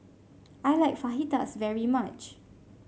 I like Fajitas very much